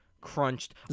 crunched